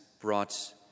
brought